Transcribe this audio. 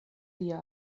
tia